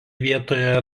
vietoje